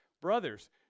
Brothers